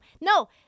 No